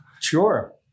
Sure